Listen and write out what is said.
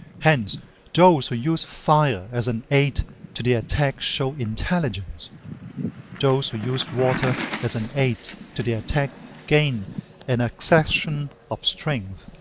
hence those who use fire as an aid to the attack show intelligence those who use water as an aid to the attack gain an accession of strength.